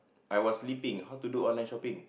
I was sleeping how to do online shopping